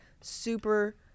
super